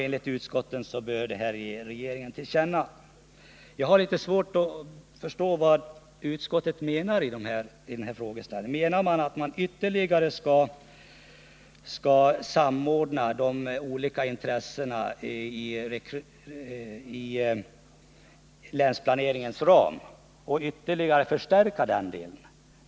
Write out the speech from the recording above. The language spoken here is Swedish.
Enligt utskottets mening bör riksdagen ——-— ge regeringen till känna vad utskottet anfört.” Jag har alltså litet svårt att förstå vad utskottet menar här. Menas att man ytterligare skall samordna de olika intressena inom länsplaneringens ram och ytterligare förstärka den delen?